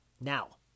Now